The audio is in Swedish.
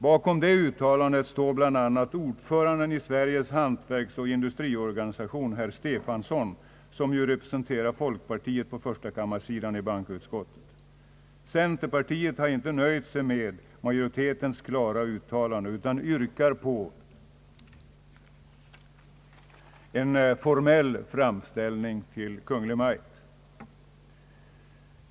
Bakom det uttalandet står bl.a. ordföranden i Sveriges Hantverksoch industriorganisation, herr Stefanson, som ju representerar folkpartiet på förstakam marsidan i bankoutskottet. Centerpartiet har inte nöjt sig med majoritetens klara uttalande utan yrkar på en formell framställning till Kungl. Maj:t.